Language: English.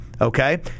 okay